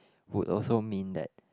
would also mean that